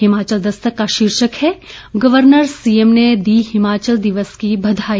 हिमाचल दस्तक का शीर्षक है गर्वनर सीएम ने दी हिमाचल दिवस की बधाई